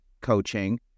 coaching